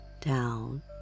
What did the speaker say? down